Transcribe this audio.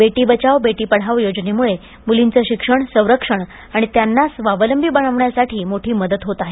बेटी बचाओ बेटी पढाओ योजनेमुळे मुलींचं शिक्षण संरक्षण आणि त्यांना स्वावलंबी बनवण्यासाठी मोठी मदत होत आहे